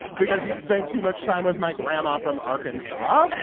because he spent too much time with my grandma from arkansas.